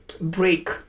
break